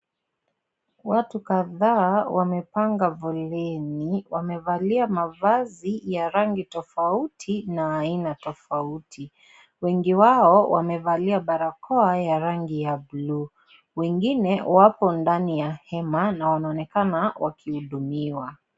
Watu kadhaa wamepanga foleni wamevalia mavazi ya rangi tofauti na aina tofauti, wengi wao wamevalia barakoa ya rangi ya bluu wengine wako ndani ya hema na wanaonekana wakihudumiwa